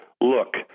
look